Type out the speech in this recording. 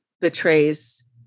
betrays